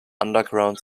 underground